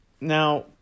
Now